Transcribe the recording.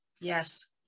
Yes